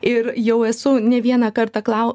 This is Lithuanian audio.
ir jau esu ne vieną kartą klau